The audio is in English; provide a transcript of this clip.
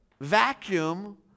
vacuum